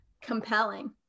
Compelling